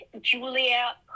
julia